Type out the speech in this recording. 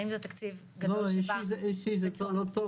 האם זה תקציב גדול לא אישי זה לא טוב,